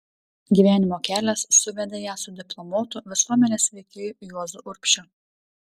gyvenimo kelias suvedė ją su diplomuotu visuomenės veikėju juozu urbšiu